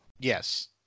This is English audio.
Yes